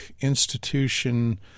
institution –